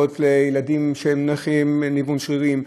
יכול להיות לילדים שהם נכים מניוון שרירים,